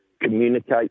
communicate